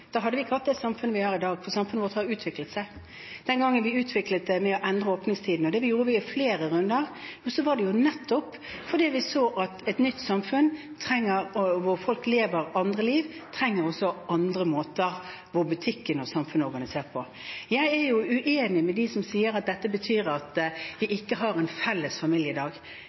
Da hadde vi ikke hatt det samfunnet vi har i dag, for samfunnet vårt har utviklet seg. Den gangen vi utviklet det med å endre åpningstidene – og det gjorde vi i flere runder – gjorde vi det nettopp fordi vi så at i et nytt samfunn, hvor folk lever et annet liv, trengs det at butikkene er organisert på andre måter. Jeg er uenig med dem som sier at dette betyr at vi